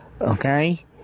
Okay